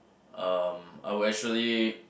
um I will actually